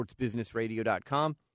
sportsbusinessradio.com